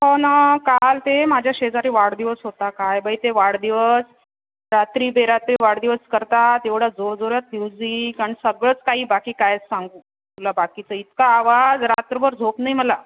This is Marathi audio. हो ना काल ते माझ्या शेजारी वाढदिवस होता काय बाई ते वाढदिवस रात्री बेरात्री वाढदिवस करतात एवढं जोरजोरात म्युझिक आणि सगळंच काही बाकी काय सांगू तुला बाकीचं इतका आवाज रात्रभर झोप नाही मला